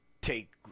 take